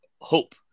Hope